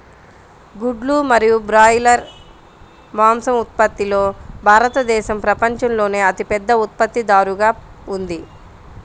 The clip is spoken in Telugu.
గుడ్లు మరియు బ్రాయిలర్ మాంసం ఉత్పత్తిలో భారతదేశం ప్రపంచంలోనే అతిపెద్ద ఉత్పత్తిదారుగా ఉంది